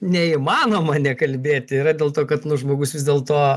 neįmanoma nekalbėti yra dėl to kad nu žmogus vis dėlto